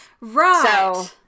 Right